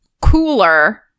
cooler